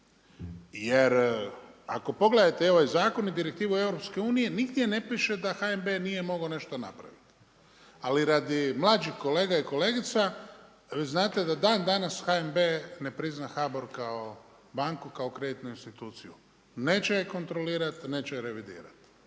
jer ako pogledate i ovaj zakon i direktivu EU-a, nigdje ne piše da HNB nije mogao nešto napraviti. Ali radi mlađih kolega i kolegica, vi znate da dandanas HNB ne prizna HBOR kao banku, kao kreditnu instituciju. Neće je kontrolirati, neće ju revidirat,